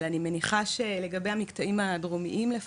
אבל אני מניחה שלגבי המקטעים הדרומיים לפחות,